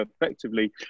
effectively